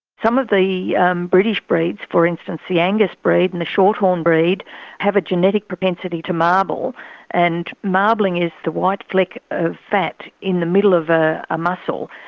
some of the um british breeds for instance, the angus breed and the shorthorn breed have a genetic propensity to marble and marbling is the white fleck of fat in the middle of ah a muscle,